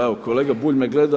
Evo kolega Bulj me gleda.